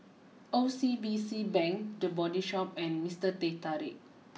O C B C Bank the Body Shop and Minster Teh Tarik